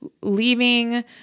leaving